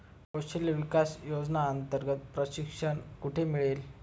कौशल्य विकास योजनेअंतर्गत प्रशिक्षण कुठे मिळेल?